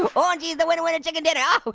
orangey's the winner, winner, chicken dinner! ah but